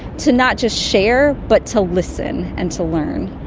to not just share but to listen and to learn.